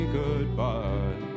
goodbye